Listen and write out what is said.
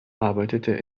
arbeitete